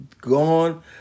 gone